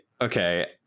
Okay